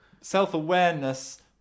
Self-awareness